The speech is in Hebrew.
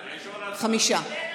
חמישה,